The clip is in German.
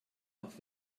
auf